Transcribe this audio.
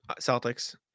Celtics